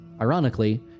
ironically